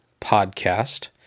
Podcast